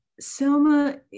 Selma